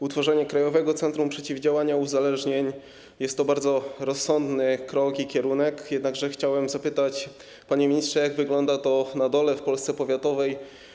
Utworzenie Krajowego Centrum Przeciwdziałania Uzależnieniom to bardzo rozsądny krok i kierunek, jednakże chciałem zapytać, panie ministrze, jak wygląda to na dole, w Polsce powiatowej.